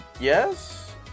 yes